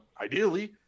ideally